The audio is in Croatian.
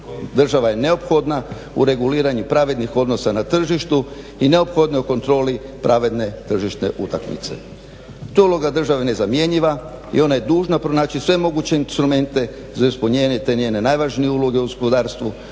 Država je neophodna u reguliranju pravednih odnosa na tržištu i neophodna je u kontroli pravedne tržišne utakmice. Tu je uloga države nezamjenjiva i ona je dužna pronaći svemoguće instrumente za ispunjenje te njene najvažnije uloge u gospodarstvu